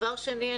דבר שני,